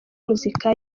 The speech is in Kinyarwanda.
muzika